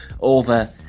over